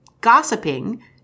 gossiping